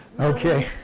Okay